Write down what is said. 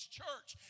church